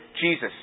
Jesus